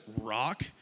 rock